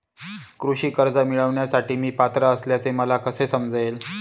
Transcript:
कृषी कर्ज मिळविण्यासाठी मी पात्र असल्याचे मला कसे समजेल?